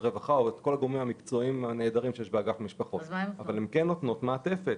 מקצועיים אזרחים אבל הן נותנות מעטפת,